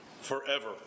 forever